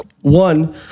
one